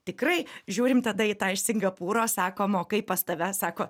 tikrai žiūrim tada į tą iš singapūro sakom o kaip pas tave sako